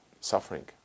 suffering